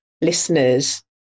listeners